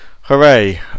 hooray